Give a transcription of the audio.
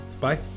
Bye